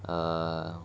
err